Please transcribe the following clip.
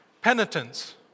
penitence